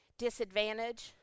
Disadvantage